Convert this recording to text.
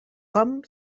com